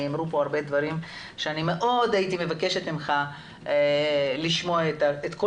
ונאמרו פה הרבה דברים שאני מאוד הייתי מבקשת ממך לשמוע את כל